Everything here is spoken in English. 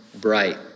bright